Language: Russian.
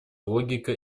логика